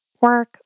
work